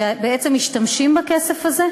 שבעצם משתמשים בכסף הזה,